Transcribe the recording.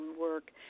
work